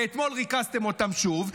ואתמול ריכזתם אותם שוב,